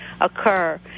occur